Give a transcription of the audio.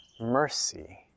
mercy